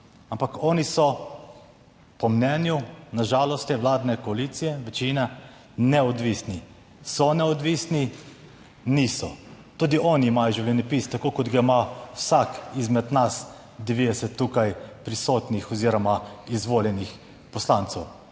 ampak oni so po mnenju, na žalost te vladne koalicije večine neodvisni, So neodvisni niso. Tudi oni imajo življenjepis, tako kot ga ima vsak izmed nas, 90 tukaj prisotnih oziroma izvoljenih poslancev,